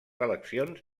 eleccions